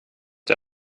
der